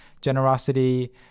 generosity